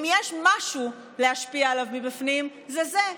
אם יש משהו להשפיע עליו מבפנים, זה זה.